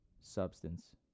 substance